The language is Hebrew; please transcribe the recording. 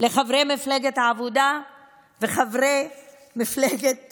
לחברי מפלגת העבודה ולחברי מפלגת